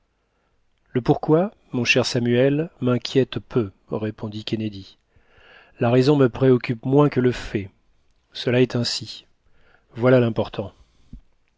le pourquoi mon cher samuel m'inquiète peu répondit kennedy la raison me préoccupe moins que le fait cela est ainsi voilà l'important